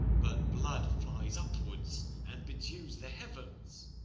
but blood flies upwards and bedews the heavens.